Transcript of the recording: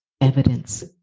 Evidence